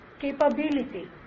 capability